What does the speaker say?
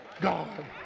God